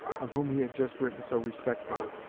of whom he had just written so respectfully,